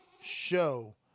Show